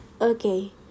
Okay